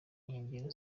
nkengero